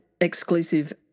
exclusive